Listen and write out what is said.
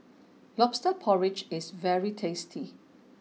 Lobster Porridge is very tasty